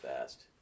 fast